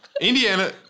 Indiana